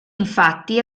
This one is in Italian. infatti